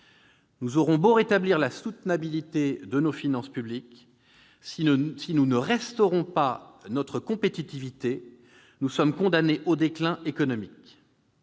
Nous aurons beau rétablir la soutenabilité des finances publiques, si nous ne restaurons pas notre compétitivité, nous sommes condamnés au déclin économique.